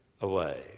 away